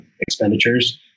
expenditures